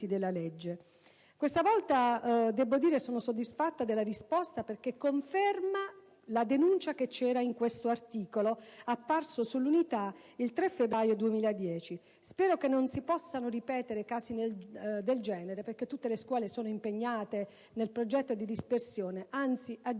dalla legge. Questa volta debbo dire che sono soddisfatta della risposta, perché conferma la denuncia presente nell'articolo apparso su «l'Unità» il 3 febbraio 2010. Spero che non si possano ripetere casi del genere, perché tutte le scuole sono impegnate nel progetto contro la dispersione scolastica;